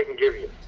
and give you